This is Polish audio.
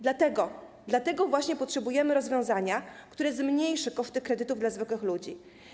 Dlatego właśnie potrzebujemy rozwiązania, które zmniejszy koszty kredytów dla zwykłych ludzi.